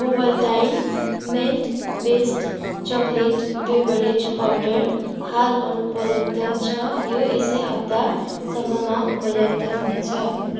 Ovaltine malt based chocolate beverage powder हाल अनुपलब्ध छ यो यसै हप्ता सम्ममा उपलब्ध हुनेछ